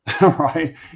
right